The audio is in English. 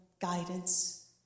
guidance